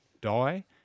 die